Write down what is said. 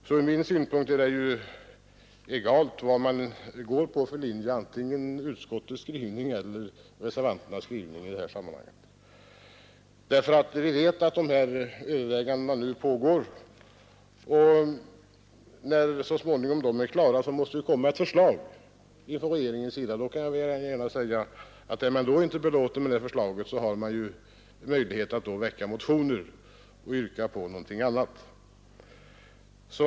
Från min synpunkt är det därför egalt vad man går på för linje, vare sig det är utskottets eller reservanternas. Vi vet ju att de här övervägandena nu pågår, och när de så småningom är klara måste det komma ett förslag från regeringen. Är man inte belåten med det förslaget, har man, som jag sade, möjlighet att väcka motioner och yrka på någonting annat.